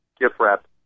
gift-wrap